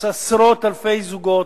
יש עשרות אלפי זוגות,